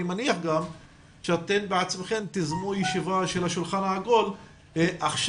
אני מניח גם שאתן בעצמכן תיזמו ישיבה של השולחן העגול עכשיו,